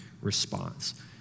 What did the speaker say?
response